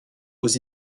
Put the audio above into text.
aux